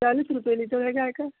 चालीस रुपये लीटर है गाय का